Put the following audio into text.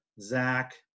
Zach